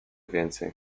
więcej